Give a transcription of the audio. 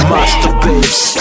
Masterpiece